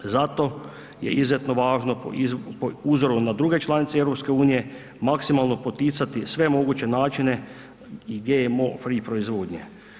Zato je izuzetno važno po uzoru na druge članice EU maksimalno poticati sve moguće načine i GMO free proizvodnje.